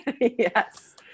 yes